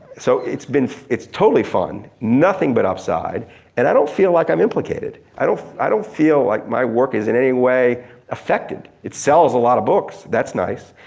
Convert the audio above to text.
so it's been, it's totally fun. nothing but upside and i don't feel like i'm implicated. i don't i don't feel like my work is in anyway affected. it sells a lot of books. that nice.